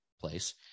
place